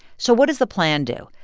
so what does the plan do?